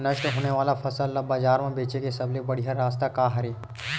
नष्ट होने वाला फसल ला बाजार मा बेचे के सबले बढ़िया रास्ता का हरे?